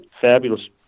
fabulous